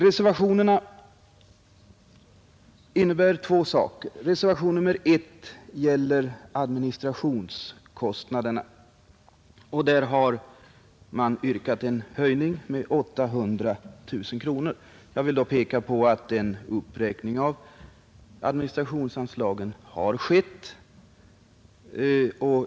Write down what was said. Reservationerna innebär två saker. Reservation nr 1 gäller administrationskostnaderna, och där har man yrkat en höjning med 800 000 kronor. Jag vill då peka på att en uppräkning av administrationsanslagen redan har skett.